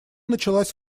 началась